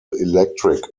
electric